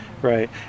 Right